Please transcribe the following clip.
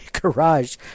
garage